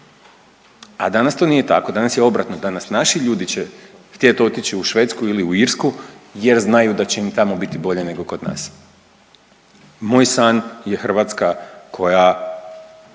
a danas to nije tako, danas je obratno, danas naši ljudi će htjet otići u Švedsku ili u Irsku jer znaju da će im tamo biti bolje nego kod nas. Moj san je Hrvatska koja